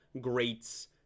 greats